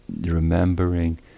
Remembering